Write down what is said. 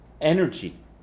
energy